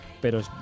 Pero